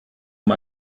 mal